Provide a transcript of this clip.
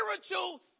spiritual